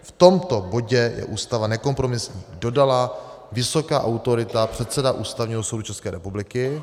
V tomto bodě je Ústava nekompromisní, dodala vysoká autorita, předseda Ústavního soudu České republiky.